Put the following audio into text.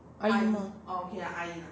阿姨嘛